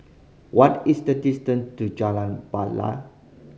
what is the distance to Jalan Batai